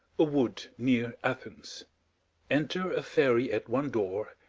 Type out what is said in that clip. a wood near athens enter a fairy at one door,